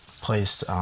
placed